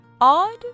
Odd